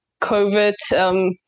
COVID